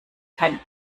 kein